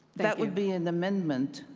that would be an amendment,